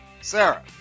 Sarah